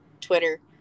twitter